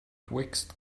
twixt